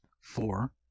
four